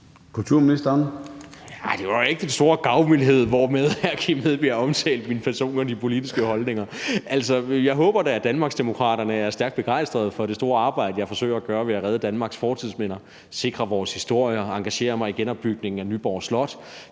Engel-Schmidt): Nej, det var jo ikke den store gavmildhed, hvormed hr. Kim Edberg Andersen omtalte min person og de politiske holdninger. Altså, jeg håber da, at Danmarksdemokraterne er stærkt begejstrede for det store arbejde, jeg forsøger at gøre ved at redde Danmarks fortidsminder, sikre vores historie og engagere mig i genopbygningen af Nyborg Slot,